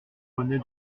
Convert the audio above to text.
rené